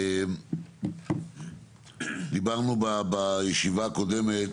דיברנו בישיבה הקודמת,